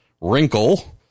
wrinkle